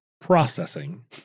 processing